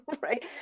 Right